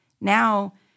now